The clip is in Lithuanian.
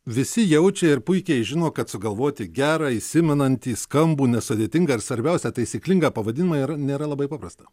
visi jaučia ir puikiai žino kad sugalvoti gerą įsimenantį skambų nesudėtingą ir svarbiausia taisyklingą pavadinimą yra nėra labai paprasta